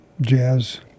jazz